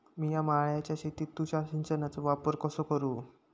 मिया माळ्याच्या शेतीत तुषार सिंचनचो वापर कसो करू?